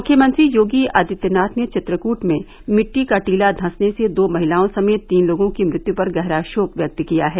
मुख्यमंत्री योगी आदित्यनाथ ने चित्रकूट में मिट्टी का टीला धंसने से दो महिलाओं समेत तीन लोगों की मृत्यु पर गहरा शोक व्यक्त किया है